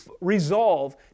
resolve